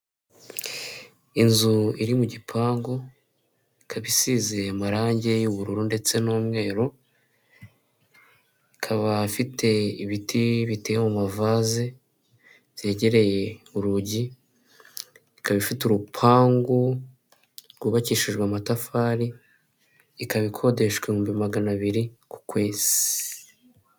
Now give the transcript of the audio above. Inzu iri mu gipangu, ikaba isizi amarange y'ubururu ndetse n'umweru, ikaba ifite ibiti biteye mu mavaze, byegereye urugi, ikaba ifite urupangu rwubakishijwe amatafari, ikaba ikodeshwa ibihumbi magana abiri ku kwezi.